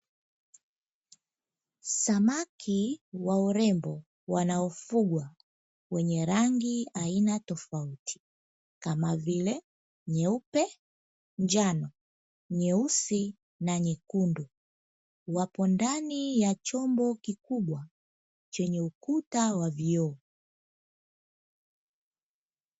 Samaki wa urembo wanaofugwa wenye rangi aina tofauti kama vile nyeupe, njano, nyeusi na nyekundu. Wapo ndani ya chombo kikubwa chenye ukuta wa vioo.